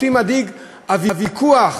אותי מדאיג הוויכוח